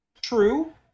True